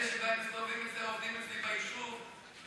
אלה שעובדים אצלי ביישוב,